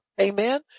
Amen